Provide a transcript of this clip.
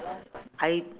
I